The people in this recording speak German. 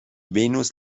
venus